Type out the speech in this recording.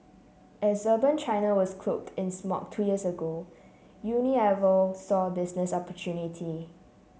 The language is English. as urban China was cloaked in smog two years ago Unilever saw a business opportunity